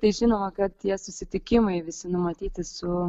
tai žinoma kad tie susitikimai visi numatyti su